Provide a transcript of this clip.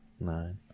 nine